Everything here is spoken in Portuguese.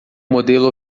modelo